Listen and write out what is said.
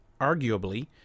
arguably